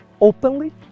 openly